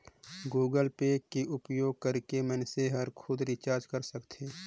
Google Pay के उपयोग करके मइनसे हर खुद रिचार्ज कर सकथे